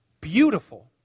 beautiful